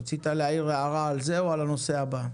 רצית להעיר הערה על זה או על הנושא הבא?